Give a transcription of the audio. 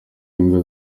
imbwa